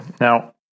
Now